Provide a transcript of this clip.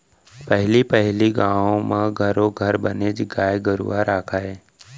पहली पहिली गाँव म घरो घर बनेच गाय गरूवा राखयँ